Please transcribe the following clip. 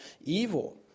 evil